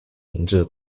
名字